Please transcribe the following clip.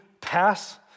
pass